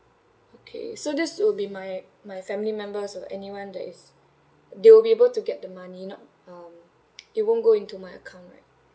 okay so this will be my my family members or anyone that is they will be able to get the money not um it won't go into my account right